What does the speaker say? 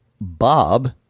Bob